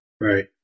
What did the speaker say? right